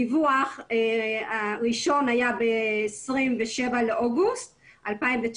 הדיווח הראשון היה ב-27 באוגוסט 2019